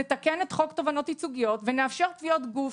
נתקן את חוק תובענות ייצוגיות ונאפשר תביעות גוף.